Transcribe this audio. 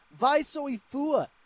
Vaisoifua